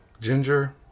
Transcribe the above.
Ginger